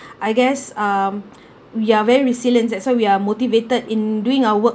I guess um we are very resilient that's why we are motivated in doing our work